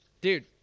dude